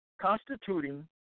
constituting